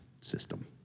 system